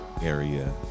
area